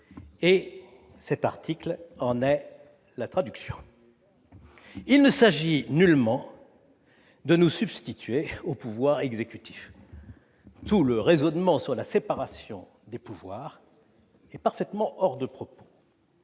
rapport au mois d'avril dernier. Il ne s'agit nullement de nous substituer au pouvoir exécutif. Tout votre raisonnement sur la séparation des pouvoirs est parfaitement hors de propos,